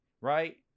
right